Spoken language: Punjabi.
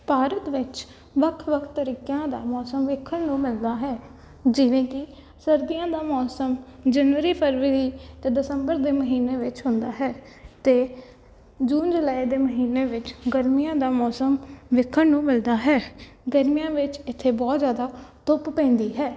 ਭਾਰਤ ਵਿੱਚ ਵੱਖ ਵੱਖ ਤਰੀਕਿਆਂ ਦਾ ਮੌਸਮ ਵੇਖਣ ਨੂੰ ਮਿਲਦਾ ਹੈ ਜਿਵੇਂ ਕਿ ਸਰਦੀਆਂ ਦਾ ਮੌਸਮ ਜਨਵਰੀ ਫਰਵਰੀ ਅਤੇ ਦਸੰਬਰ ਦੇ ਮਹੀਨੇ ਵਿੱਚ ਹੁੰਦਾ ਹੈ ਅਤੇ ਜੂਨ ਜੁਲਾਈ ਦੇ ਮਹੀਨੇ ਵਿੱਚ ਗਰਮੀਆਂ ਦਾ ਮੌਸਮ ਵੇਖਣ ਨੂੰ ਮਿਲਦਾ ਹੈ ਗਰਮੀਆਂ ਵਿੱਚ ਇੱਥੇ ਬਹੁਤ ਜ਼ਿਆਦਾ ਧੁੱਪ ਪੈਂਦੀ ਹੈ